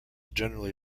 generally